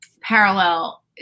parallel